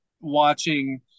watching